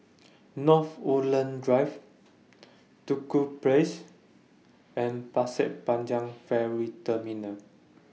North Woodlands Drive Duku Place and Pasir Panjang Ferry Terminal